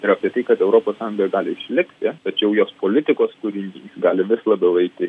ir apie tai kad europos sąjunga gali išlikti tačiau jos politikos turinys gali vis labiau eiti